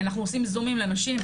אנחנו עושות זומים לנשים,